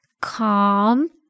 calm